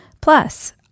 Plus